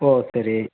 ஓ சரி